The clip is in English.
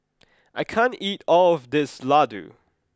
I can't eat all of this Laddu